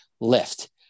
lift